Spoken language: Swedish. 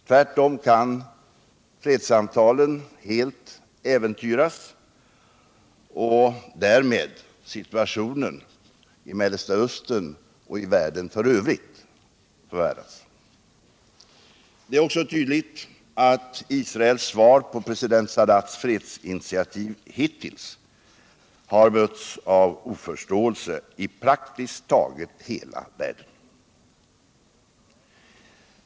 Tvärtom kan fredssamtalen helt äventyras, och därmed situationen i Mellersta Östern och i världen i övrigt förvärras. Det är också tydligt att Israels svar på president Sadats fredsinitiativ hittills har mötts av oförståelse i praktiskt taget hela världen.